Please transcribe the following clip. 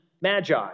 magi